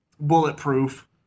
Bulletproof